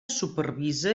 supervisa